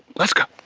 let's go!